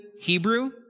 Hebrew